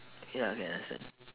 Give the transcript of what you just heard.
ya can understand